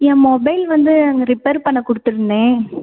என் mobile வந்து அங்கே repair பண்ண கொடுத்துருந்தேன்